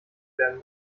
werden